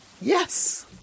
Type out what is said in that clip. Yes